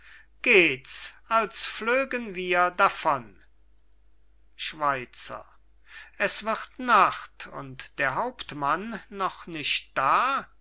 gehts als flögen wir davon schweizer es wird nacht und der hauptmann noch nicht da